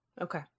Okay